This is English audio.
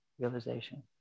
realization